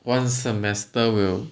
one semester will